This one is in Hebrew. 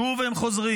שוב הם חוזרים,